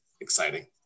exciting